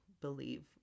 believe